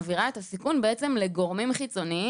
ובעצם מעבירה את הסיכון לגורמים חיצוניים,